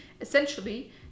Essentially